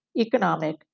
economic